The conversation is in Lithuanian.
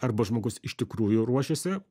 arba žmogus iš tikrųjų ruošiasi